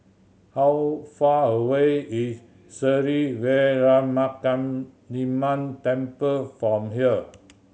how far away is Sri Veeramakaliamman Temple from here